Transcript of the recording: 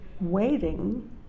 waiting